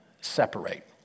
separate